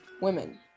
women